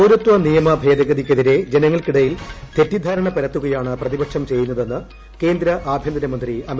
പൌരത്വ നിയമ ഭേദഗതിക്കെതിരെ ജനങ്ങൾക്കിടയിൽ തെറ്റിദ്ധാരണ പരത്തുകയാണ് പ്രതിപക്ഷം ചെയ്യുന്നതെന്ന് കേന്ദ്ര ആഭ്യന്തര മന്ത്രി അമിത് ഷാ